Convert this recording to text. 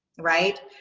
right?